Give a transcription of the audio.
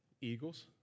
eagles